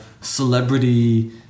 celebrity